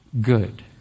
good